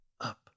up